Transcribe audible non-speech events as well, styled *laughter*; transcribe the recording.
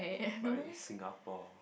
but *noise* Singapore